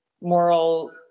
moral